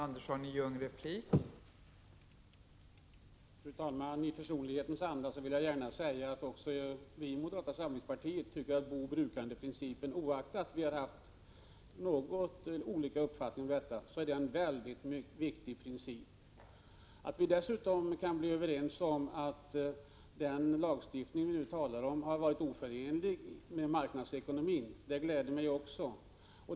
Fru talman! I försoningens anda vill jag gärna säga att vi i moderata samlingspartiet tycker att bo-brukar-principen är mycket viktig, även om det har rått litet olika uppfattningar om den. Att vi dessutom kan bli överens om att den lagstiftning som vi här har talat om har varit oförenlig med marknadsekonomin gläder mig också.